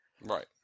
Right